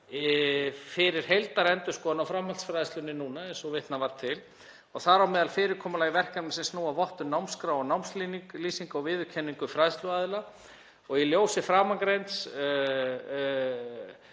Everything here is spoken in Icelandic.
fyrir heildarendurskoðun á framhaldsfræðslunni núna eins og vitnað var til og þar á meðal fyrirkomulagi verkefna sem snúa að vottun námskráa og námslýsinga og viðurkenningu fræðsluaðila. Í ljósi framangreinds